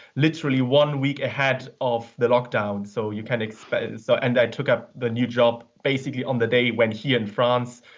literally one week ahead of the lockdown, so you kind of can so and i took up the new job basically on the day when, here in france,